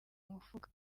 mufuka